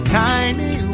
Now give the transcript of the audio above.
tiny